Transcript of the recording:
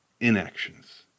inactions